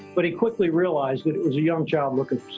but he quickly realized it was a young child looking